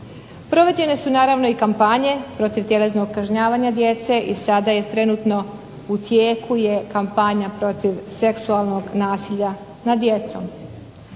Provođene su naravno i kampanje protiv tjelesnog kažnjavanja djece i sada je trenutno u tijeku kampanja protiv seksualnog nasilja nad djecom.